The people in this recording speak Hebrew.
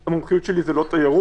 המומחיות שלי זה לא תיירות,